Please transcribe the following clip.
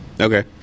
Okay